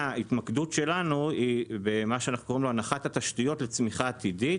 ההתמקדות שלנו היא בהנחת התשתיות לצמיחה עתידית,